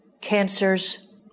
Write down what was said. cancers